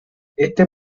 este